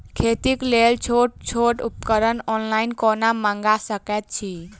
खेतीक लेल छोट छोट उपकरण ऑनलाइन कोना मंगा सकैत छी?